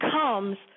comes